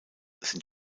sind